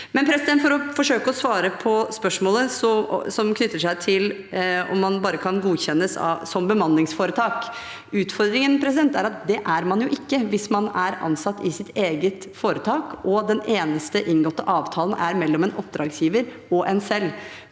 skal forsøke å svare på spørsmålet som knytter seg til om man bare kan godkjennes som bemanningsforetak. Utfordringen er at det er man jo ikke hvis man er ansatt i sitt eget foretak og den eneste inngåtte avtalen er mellom en oppdragsgiver og en selv.